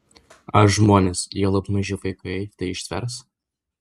ar žmonės juolab maži vaikai tai ištvers